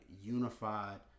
unified